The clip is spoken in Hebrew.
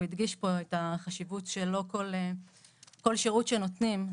הוא הדגיש פה את החשיבות שזה לא כל שירות שנותנים.